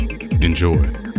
enjoy